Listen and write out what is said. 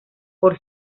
por